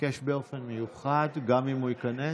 ביקש באופן מיוחד, גם אם הוא ייכנס,